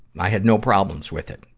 i had no problems with it.